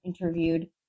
interviewed